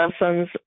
lessons